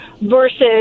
versus